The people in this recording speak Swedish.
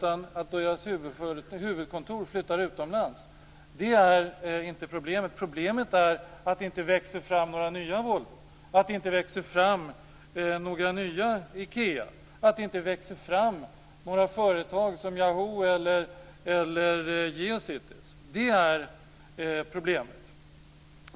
Att deras huvudkontor flyttar utomlands är inte problemet. Problemet är att det inte växer fram några nya Volvo, att det inte växer fram några nya IKEA, att det inte växer fram några företag som Yahoo eller Geocities. Det är problemet.